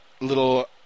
little